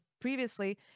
previously